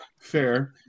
Fair